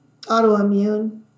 autoimmune